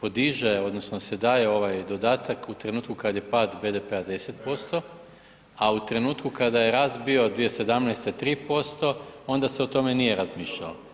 podiže odnosno da se daje ovaj dodatak u trenutku kad je pad BDP-a 10%, a u trenutku kada je rast bio 2017. 3% onda se o tome nije razmišljalo.